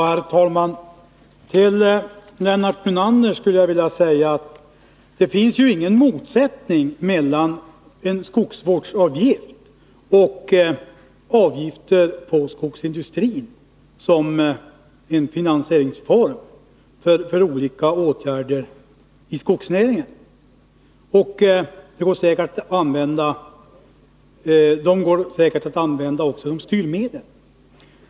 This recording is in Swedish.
Herr talman! Till Lennart Brunander skulle jag vilja säga att det inte finns någon motsättning mellan en skogsvårdsavgift och avgiften för skogsindustrin som en finansieringsform för olika åtgärder inom skogsnäringen. De går säkert att använda också som styrmedel.